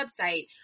website